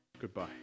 goodbye